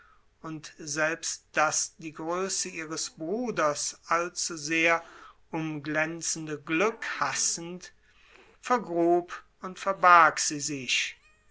und selbst das die größe ihres bruders allzusehr umglänzende glück hassend vergrub und verbarg sie sich